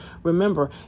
remember